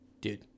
dude